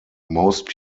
most